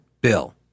bill